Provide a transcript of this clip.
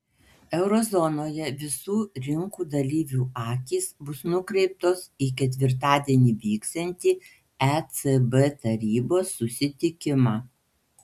euro zonoje visų rinkų dalyvių akys bus nukreiptos į ketvirtadienį vyksiantį ecb tarybos susitikimą